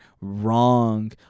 wrong